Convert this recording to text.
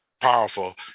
powerful